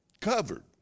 covered